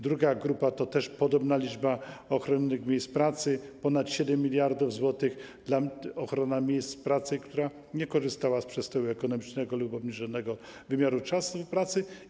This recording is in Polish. Druga grupa to też podobna liczba ochronionych miejsc pracy - ponad 7 mld zł przeznaczonych na ochronę miejsc pracy dla tych, którzy nie korzystali z przestoju ekonomicznego lub obniżonego wymiaru czasu pracy.